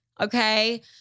okay